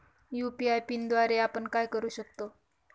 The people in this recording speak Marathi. यू.पी.आय पिनद्वारे आपण काय काय करु शकतो?